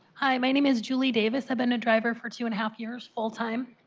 my name is julie davis i've been a driver for two and half years full-time.